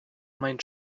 mein